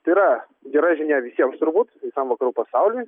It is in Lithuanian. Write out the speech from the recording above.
tai yra gera žinia visiems turbūt visam vakarų pasauliui